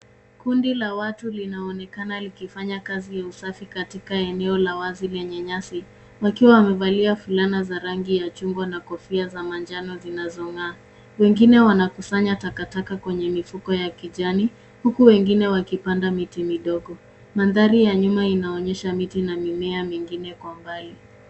Kundi la watu linaonekana likifanya kazi ya usafi katika eneo la wazi lenye nyasi, wakiwa wamevalia fulana za rangi ya chungwa na kofia za manjano zinazong'aa. Wengine wanakusanya takataka kwenye mifuko ya kijani, huku wengine wakipanda miti midogo. Mandhari ya nyuma inaonyesha miti na mimea mingine kwa umbali.